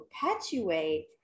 perpetuate